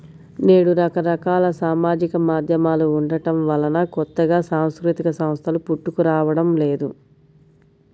నేడు రకరకాల సామాజిక మాధ్యమాలు ఉండటం వలన కొత్తగా సాంస్కృతిక సంస్థలు పుట్టుకురావడం లేదు